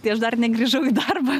tai aš dar negrįžau į darbą